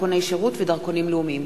דרכוני שירות ודרכונים לאומיים.